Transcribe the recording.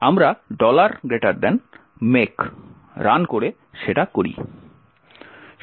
আমরা make run করে সেটা করি